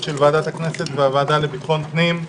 של ועדת הכנסת והוועדה לביטחון הפנים.